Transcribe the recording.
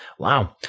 Wow